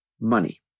money